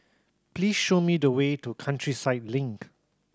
please show me the way to Countryside Link